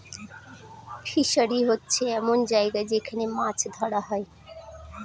fishery হচ্ছে এমন জায়গা যেখান মাছ ধরা হয়